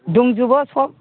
दंजोबो सब